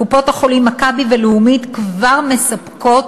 קופות-החולים "מכבי" ולאומית כבר מספקות